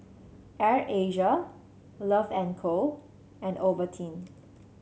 Air Asia Love and Co and Ovaltine